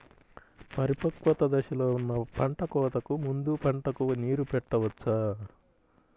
పరిపక్వత దశలో ఉన్న పంట కోతకు ముందు పంటకు నీరు పెట్టవచ్చా?